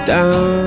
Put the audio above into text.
Down